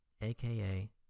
aka